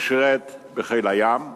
הוא שירת בחיל הים באילת,